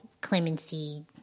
clemency